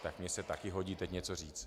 Tak mně se také hodí teď něco říci.